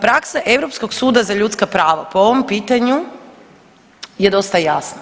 Praksa Europskog suda za ljudska prava po ovom pitanju je dosta jasna.